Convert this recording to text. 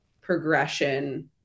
progression